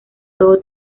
todo